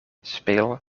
speel